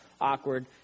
awkward